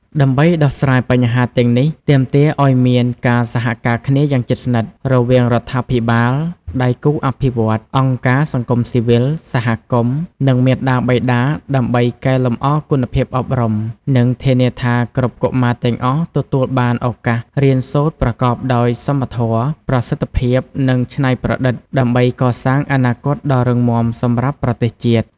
ដើម្បីដោះស្រាយបញ្ហាទាំងនេះ ទាមទារឱ្យមាន ការសហការគ្នាយ៉ាងជិតស្និទ្ធ រវាងរដ្ឋាភិបាល ដៃគូអភិវឌ្ឍន៍ អង្គការសង្គមស៊ីវិល សហគមន៍ និងមាតាបិតា ដើម្បីកែលម្អគុណភាពអប់រំ និងធានាថាគ្រប់កុមារទាំងអស់ទទួលបានឱកាសរៀនសូត្រប្រកបដោយសមធម៌ ប្រសិទ្ធភាព និងច្នៃប្រឌិត ដើម្បីកសាងអនាគតដ៏រឹងមាំសម្រាប់ប្រទេសជាតិ។